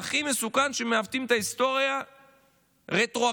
הכי מסוכן שמעוותים את ההיסטוריה רטרואקטיבית.